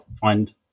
find